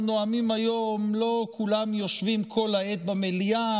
נואמים היום לא כולם יושבים כל העת במליאה,